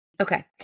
okay